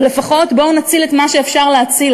אבל לפחות בואו נציל את מה שאפשר להציל.